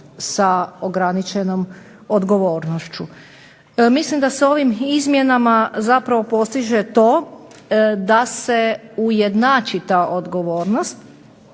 sa ograničenom odgovornošću. Mislim da se ovim izmjenama zapravo postiže to da se ujednači ta odgovornost,